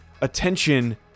attention